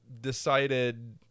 decided